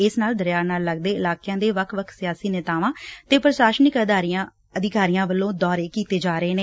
ਇਸ ਦਰਿਆ ਨਾਲ ਲਗਦੇ ਇਲਾਕਿਆਂ ਦੇ ਵੱਖ ਵੱਖ ਸਿਆਸੀ ਨੇਤਾਵਾਂ ਤੇ ਪ੍ਰਸ਼ਾਸਨਿਕ ਅਧਿਕਾਰੀਆਂ ਵੱਲੋਂ ਦੌਰੇ ਕੀਤੇ ਜਾ ਰਹੇ ਨੇ